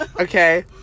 Okay